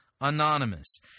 Anonymous